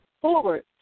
forward